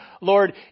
Lord